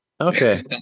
Okay